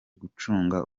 gucunga